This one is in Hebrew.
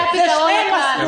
זה הפתרון --- אוקיי.